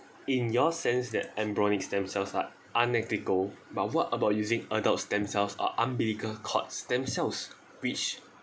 in your sense that embryonic stem cells are unethical but what about using adult stem cells or umbilical cord stem cells which